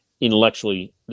intellectually